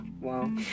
Wow